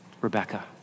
Rebecca